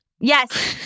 Yes